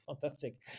fantastic